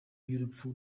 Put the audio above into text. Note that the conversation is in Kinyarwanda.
y’urupfu